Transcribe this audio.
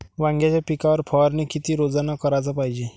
वांग्याच्या पिकावर फवारनी किती रोजानं कराच पायजे?